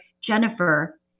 Jennifer